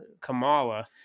Kamala